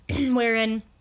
wherein